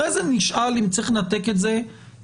אחרי זה נשאל אם צריך לנתק את זה מהסביבה